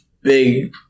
big